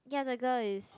ya the girl is